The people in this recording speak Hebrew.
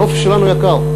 הנופש שלנו יקר.